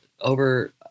over